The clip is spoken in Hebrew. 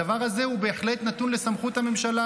הדבר הזה בהחלט נתון לסמכות הממשלה,